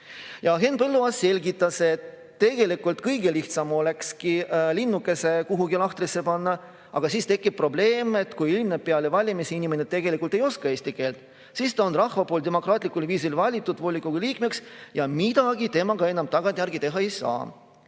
Henn Põlluaas selgitas, et tegelikult kõige lihtsam olekski linnuke kuhugi lahtrisse panna, aga siis tekib probleem, et kui selgub peale valimisi, et inimene tegelikult ei oska eesti keelt, ent ta on rahva poolt demokraatlikul viisil valitud volikogu liikmeks, siis midagi temaga enam tagantjärgi teha ei saa.